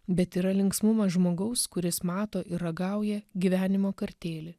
bet yra linksmumas žmogaus kuris mato ir ragauja gyvenimo kartėlį